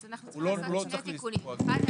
אז אנחנו צריכים לעשות שני תיקונים: אחד,